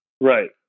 right